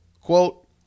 quote